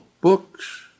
books